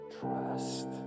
Trust